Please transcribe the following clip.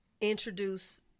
introduce